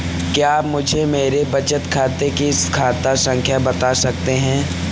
क्या आप मुझे मेरे बचत खाते की खाता संख्या बता सकते हैं?